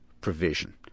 provision